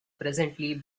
presently